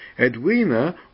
Edwina